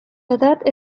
edad